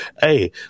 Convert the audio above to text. Hey